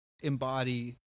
embody